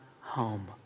home